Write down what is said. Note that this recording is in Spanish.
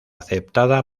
aceptada